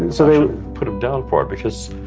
and so put him down for it because,